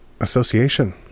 association